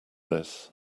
this